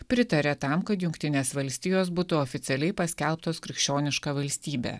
pritaria tam kad jungtinės valstijos būtų oficialiai paskelbtos krikščioniška valstybe